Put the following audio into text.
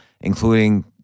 including